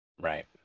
Right